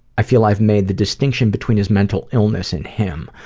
i feel i've made the distinction between his mental illness and him.